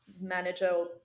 manager